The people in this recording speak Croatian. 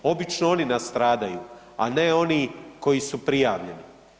Obično oni nastradaju, a ne oni koji su prijavljeni.